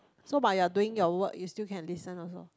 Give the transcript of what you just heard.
so while you're doing your work you still can listen also